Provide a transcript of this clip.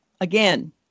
again